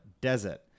Desert